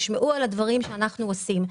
הדברים שאנחנו עושים,